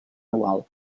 anual